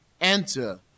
Enter